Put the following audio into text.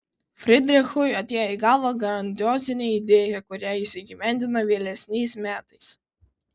fridrichui atėjo į galvą grandiozinė idėja kurią jis įgyvendino vėlesniais metais